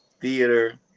theater